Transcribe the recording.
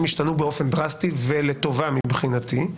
השתנו באופן דרסטי ולטובה מבחינתי,